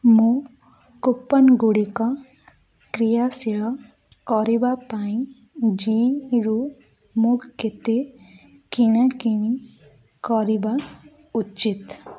ମୁଁ କୁପନ୍ଗୁଡ଼ିକ କ୍ରିୟାଶୀଳ କରିବା ପାଇଁ ଜିରୁ ମୁଁ କେତେ କିଣାକିଣି କରିବା ଉଚିତ୍